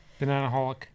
Bananaholic